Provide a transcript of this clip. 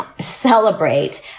celebrate